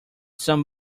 some